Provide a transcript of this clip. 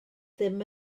ddim